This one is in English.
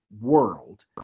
world